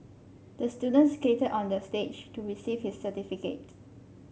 the student skated onto the stage to receive his certificate